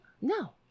No